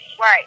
Right